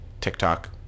tiktok